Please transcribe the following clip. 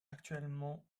actuellement